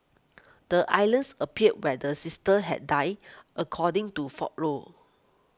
the islands appeared where the sisters had died according to folklore